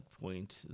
point